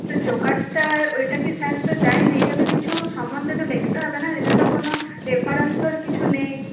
ওইটা কি স্যার তো দেয়নি এটাতে কিছু সম্বন্ধে তো লিখতে হবে না এটাতে কোনো রেফারেন্সের কিছু নেই